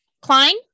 Klein